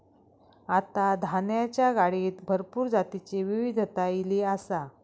आता धान्याच्या गाडीत भरपूर जातीची विविधता ईली आसा